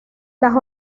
las